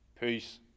Peace